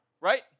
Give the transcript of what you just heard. Right